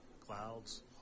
Clouds